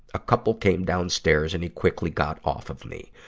a couple came downstairs and he quickly got off of me.